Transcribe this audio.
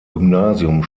gymnasium